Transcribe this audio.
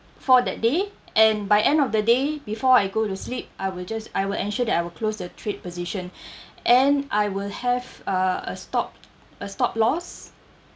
for that day and by end of the day before I go to sleep I will just I will ensure that I will close the trade position and I will have uh uh stopped uh stopped loss